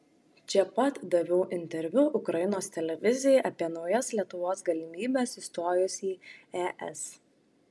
čia pat daviau interviu ukrainos televizijai apie naujas lietuvos galimybes įstojus į es